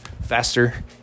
faster